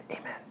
Amen